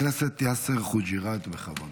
חבר הכנסת יאסר חוג'יראת, בכבוד.